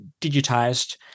digitized